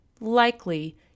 likely